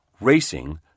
racing